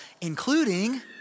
including